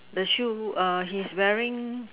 the shoe err he's wearing